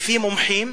לפי מומחים,